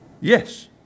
yes